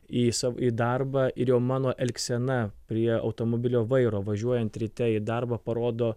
į sau į darbą ir jau mano elgsena prie automobilio vairo važiuojant ryte į darbą parodo